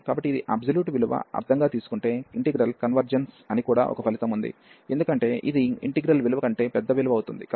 కాబట్టి ఇది అబ్సొల్యూట్ విలువ అర్ధంగా తీసుకుంటే ఇంటిగ్రల్ కన్వర్జెస్ అని కూడా ఒక ఫలితం ఉంది ఎందుకంటే ఇది ఇంటిగ్రల్ విలువ కంటే పెద్ద విలువ అవుతుంది